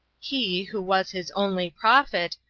he, who was his only prophet,